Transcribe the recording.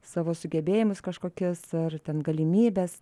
savo sugebėjimus kažkokius ar ten galimybes